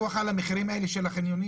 אין פיקוח על המחירים של החניונים?